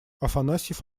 афанасьев